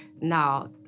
now